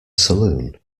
saloon